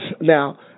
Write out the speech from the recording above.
Now